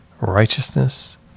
righteousness